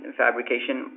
fabrication